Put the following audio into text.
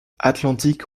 atlantique